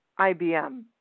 IBM